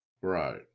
Right